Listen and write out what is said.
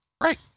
Right